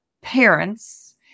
parents